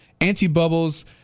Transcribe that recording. Anti-Bubbles